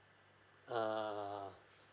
uh